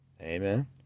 Amen